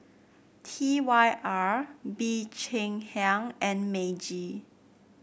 T Y R Bee Cheng Hiang and Meiji